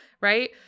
right